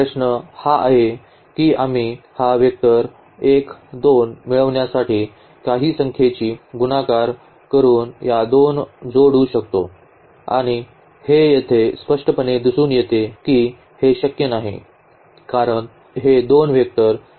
प्रश्न हा आहे की आम्ही हा वेक्टर मिळविण्यासाठी काही संख्येची गुणाकार करून या दोन जोडू शकतो आणि हे येथे स्पष्टपणे दिसून येते की हे शक्य नाही कारण हे दोन वेक्टर समांतर आहेत